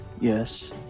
Yes